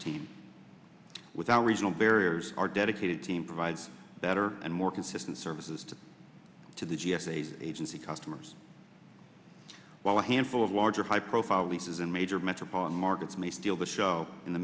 team with our regional barriers our dedicated team provides better and more consistent services to to the g s a the agency customers while a handful of larger high profile races in major metropolitan markets may steal the show in the